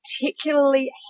particularly